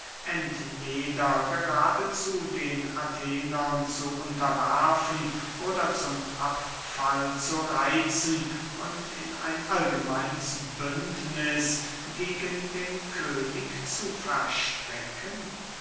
entweder geradezu den athenern zu unterwerfen oder zum abfall zu reitzen und in ein allgemeines bündniß gegen den könig zu verstricken